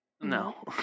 No